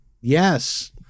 Yes